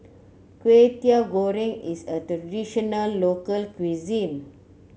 Kway Teow Goreng is a traditional local cuisine